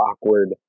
awkward